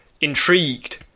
intrigued